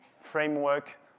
framework